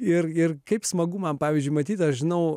irgi kaip smagu man pavyzdžiui matyt aš žinau